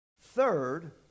Third